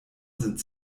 sind